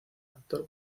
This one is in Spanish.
actor